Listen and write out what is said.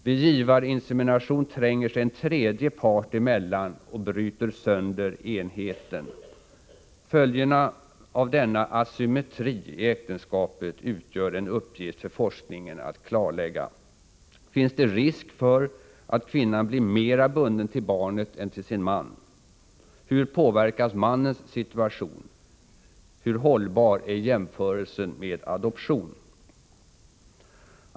Vid givarinsemina tion tränger sig en tredje part emellan och bryter enheten. Följderna av denna asymmetri i äktenskapet utgör en uppgift för forskningen att klarlägga. Finns det risk för att kvinnan blir mera bunden till barnet än till sin man? Hur påverkas mannens situation? Hur hållbar är jämförelsen med adoption?